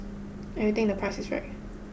and we think the price is right